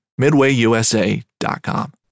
MidwayUSA.com